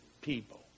people